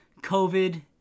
COVID